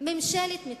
ממשלת מתנחלים.